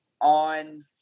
on